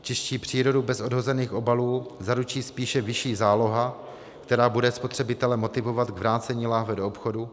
Čistší přírodu bez odhozených obalů zaručí spíše vyšší záloha, která bude spotřebitele motivovat k vrácení lahve do obchodu.